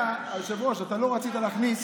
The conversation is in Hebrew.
אתה, היושב-ראש, אתה לא רצית להכניס